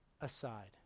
aside